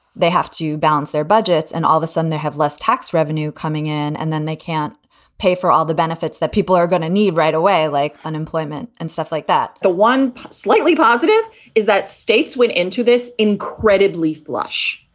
they have to balance their budgets and all of a sudden they have less tax revenue coming in. and then they can't pay for all the benefits that people are gonna need right away, like unemployment and stuff like that the one slightly positive is that states went into this incredibly flush.